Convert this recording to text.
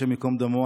השם ייקום דמו,